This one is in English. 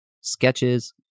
sketches